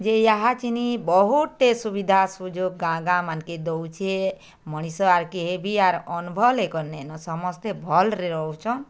ଯେ ୟାହା ଚିନି ବହୁଟେ ସୁବିଧା ସୁଯୋଗ ଗାଁ ଗାଁ ମାନକେ ଦୋଉଛେ ମଣିଷ ଆର କେହେ ବି ଆର ଅନଭଲ ହେଇକରି ନେଇଁ ନ ସମସ୍ତେ ଭଲରେ ରହୁଚନ